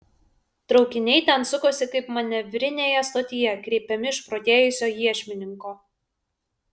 traukiniai ten sukosi kaip manevrinėje stotyje kreipiami išprotėjusio iešmininko